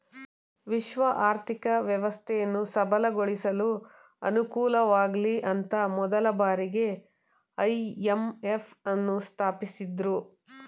ವಿಶ್ವ ಆರ್ಥಿಕ ವ್ಯವಸ್ಥೆಯನ್ನು ಸಬಲಗೊಳಿಸಲು ಅನುಕೂಲಆಗ್ಲಿಅಂತ ಮೊದಲ ಬಾರಿಗೆ ಐ.ಎಂ.ಎಫ್ ನ್ನು ಸ್ಥಾಪಿಸಿದ್ದ್ರು